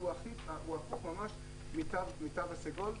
הוא הפוך ממש מהתו הסגול,